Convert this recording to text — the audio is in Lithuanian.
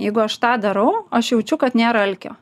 jeigu aš tą darau aš jaučiu kad nėra alkio